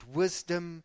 wisdom